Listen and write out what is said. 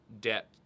debt